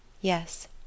Yes